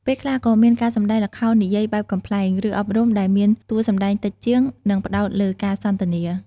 ពេលខ្លះក៏មានការសម្ដែងល្ខោននិយាយបែបកំប្លែង ឬអប់រំ ដែលមានតួសម្ដែងតិចជាង និងផ្តោតលើការសន្ទនា។